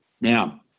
Now